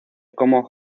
como